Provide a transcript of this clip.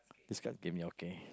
describe the game yeah okay